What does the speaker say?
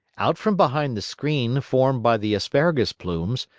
out from behind the screen formed by the asparagus plumes,